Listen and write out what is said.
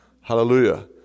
Hallelujah